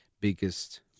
biggest